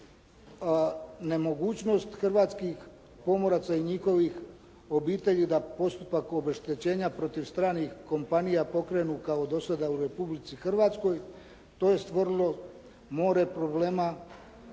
nemogućnost hrvatskih pomoraca i njihovih obitelji da postupak obeštećenja protiv stranih kompanija pokrenu kao do sada u Republici Hrvatskoj to je stvorilo more problema